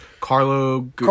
Carlo